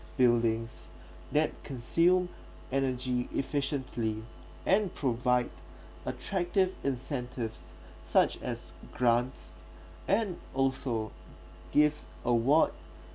buildings that consume energy efficiently and provide attractive incentives such as grants and also give award